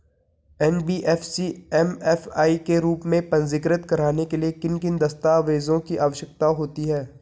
NBFC MFI के रूप में पंजीकृत कराने के लिए किन किन दस्तावेज़ों की आवश्यकता होती है?